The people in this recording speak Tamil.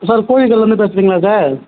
சார் கோழி கடையிலருந்து பேசுறீங்களா சார்